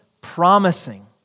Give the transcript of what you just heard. promising